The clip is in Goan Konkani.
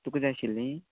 तुका जाय आशिल्लीं